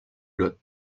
lot